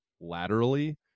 laterally